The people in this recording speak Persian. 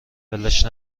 ولش